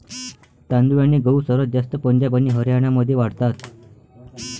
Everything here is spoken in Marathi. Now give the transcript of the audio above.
तांदूळ आणि गहू सर्वात जास्त पंजाब आणि हरियाणामध्ये वाढतात